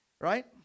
Right